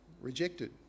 rejected